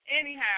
Anyhow